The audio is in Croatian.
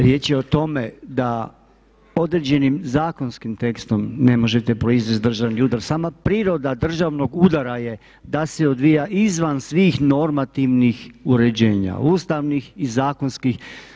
Riječ je o tome da određenim zakonskim tekstom ne možete proizvesti državni udar, sama priroda državnog udara je da se odvija izvan svih normativnih uređenja, ustavnih i zakonskih.